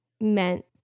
meant